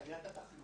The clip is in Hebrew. המצגת.